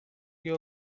your